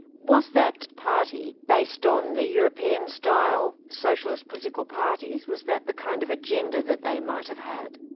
was that party based on the european-style socialist political parties, was that the kind of agenda that they might have had?